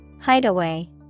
Hideaway